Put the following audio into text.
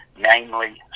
namely